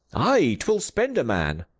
ay, twill spend a man.